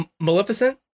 Maleficent